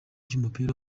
cy’umupira